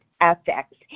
affects